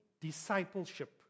discipleship